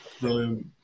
Brilliant